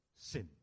sin